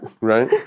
Right